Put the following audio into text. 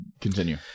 continue